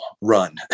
run